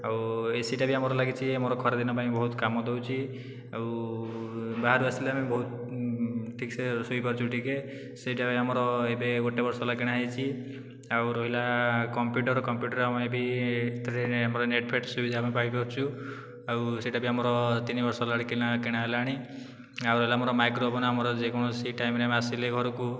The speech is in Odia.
ଆଉ ଏସିଟା ବି ଆମର ଲାଗିଛି ଆମର ଖରାଦିନ ପାଇଁ ବହୁତ କାମ ଦେଉଛି ଆଉ ବାହାରୁ ଆସିଲେ ଆମେ ବହୁତ ଠିକ୍ସେ ଶୋଇ ପାରୁଛୁ ଟିକେ ସେଇଟା ବି ଆମର ଏବେ ଗୋଟିଏ ବର୍ଷ ହେଲା କିଣା ହୋଇଛି ଆଉ ରହିଲା କମ୍ପ୍ୟୁଟର କମ୍ପ୍ୟୁଟର ଆମର ବି ସେଥିରେ ବୋଧେ ନେଟ୍ ଫେଟ୍ ସୁବିଧା ବି ଆମେ ପାଇପାରୁଛୁ ଆଉ ସେଇଟା ବି ଆମର ତିନିବର୍ଷ ହେଲାଣି କିଲା କିଣା ହେଲାଣି ଆଉ ରହିଲା ଆମର ମାଇକ୍ରୋଓଭନ ଆମର ଯେକୌଣସି ଟାଇମରେ ଆମେ ଆସିଲେ ଘରକୁ